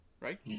right